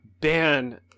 ban